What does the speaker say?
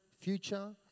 future